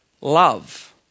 love